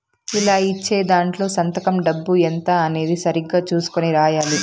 ఇలా ఇచ్చే దాంట్లో సంతకం డబ్బు ఎంత అనేది సరిగ్గా చుసుకొని రాయాలి